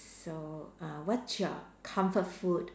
so uh what your comfort food